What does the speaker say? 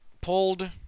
pulled